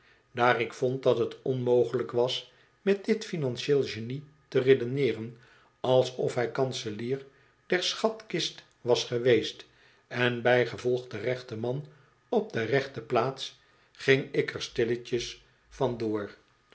daar ik vond dat het onmogelijk was met dit financieel genie te redeneeren alsof hij kanselier der schatkist was geweest en bijgevolg de rechte man op de rechte plaats gingik er stilletjes van door